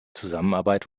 zusammenarbeit